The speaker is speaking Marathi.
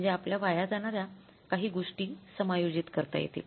म्हणजे आपल्या वाया जाणाऱ्या काही गोष्टी समायोजित करता येतील